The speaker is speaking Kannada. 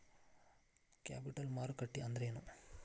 ಕ್ಯಾಪಿಟಲ್ ಮಾರುಕಟ್ಟಿ ಅಂದ್ರೇನ?